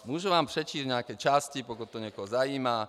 Můžu vám přečíst nějaké části, pokud to někoho zajímá.